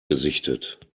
gesichtet